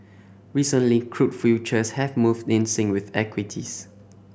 recently crude futures have moved in sync with equities